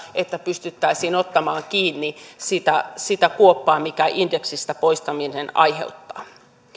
että pystyttäisiin ottamaan kiinni sitä sitä kuoppaa minkä indeksistä poistaminen aiheuttaa